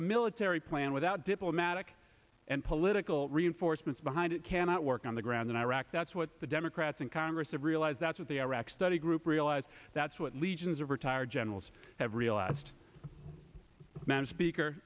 a military plan without diplomatic and political reinforcements behind it cannot work on the ground in iraq that's what the democrats in congress to realize that's what the iraq study group realized that's what legions of retired generals